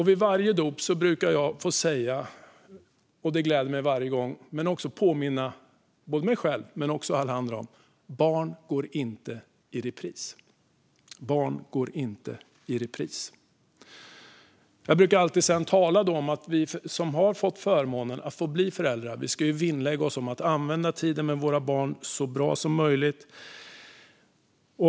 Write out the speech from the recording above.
Vid varje dop brukar jag få säga något som gläder mig varje gång, men som också påminner mig själv och alla andra: Barn går inte i repris. Jag brukar sedan alltid tala om att vi som har fått förmånen att få bli föräldrar ska vinnlägga oss om att använda tiden med våra barn så bra som möjligt.